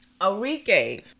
Arike